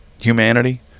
humanity